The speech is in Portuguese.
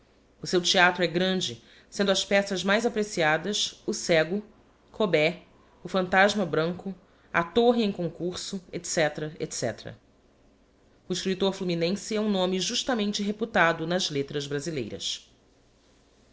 o seu theatro é grande sendo as peças mais apreciadas o cego cobé o phantasma branco a torre em con curso etc etc o escriptor fluminense é um nome justamente reputado nas letras brasileiras